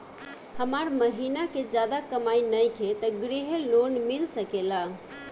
हमर महीना के ज्यादा कमाई नईखे त ग्रिहऽ लोन मिल सकेला?